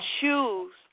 choose